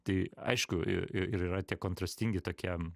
tai aišku i i ir yra tie kontrastingi tokie